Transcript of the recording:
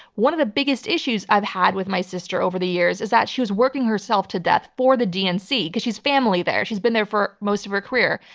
one of the biggest issues i've had with my sister over the years is that she was working herself to death for the dnc, because she's family there, she's been there for most of her career,